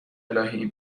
االهی